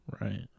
Right